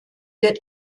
wird